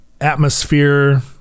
atmosphere